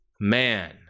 Man